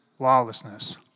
Lawlessness